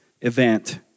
event